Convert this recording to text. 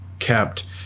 kept